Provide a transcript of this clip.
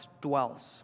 dwells